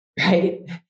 right